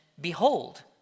behold